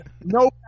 no